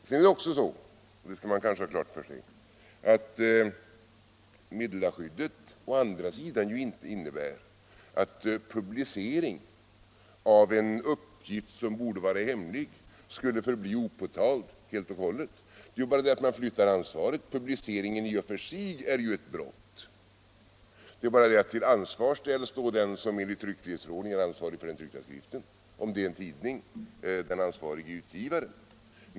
Man skall emellertid också ha klart för sig att meddelarskyddet inte innebär att publicering av en uppgift som borde vara hemlig skulle förbli opåtalad helt och hållet. Det är bara det att man flyttar ansvaret. Publiceringen är i och för sig ett brott, men till ansvar ställs den som enligt tryckfrihetsförordningen är ansvarig för den tryckta skriften. Om det är en tidning blir det den ansvarige utgivaren.